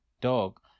dog